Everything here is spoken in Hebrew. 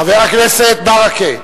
חבר הכנסת ברכה,